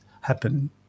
happen